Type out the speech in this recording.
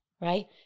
right